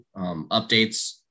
updates